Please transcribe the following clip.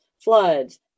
floods